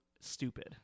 stupid